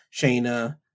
Shayna